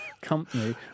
company